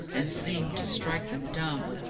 and seemed to strike them dumb.